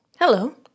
Hello